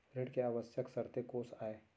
ऋण के आवश्यक शर्तें कोस आय?